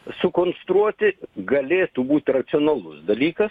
sukonstruoti galėtų būt racionalus dalykas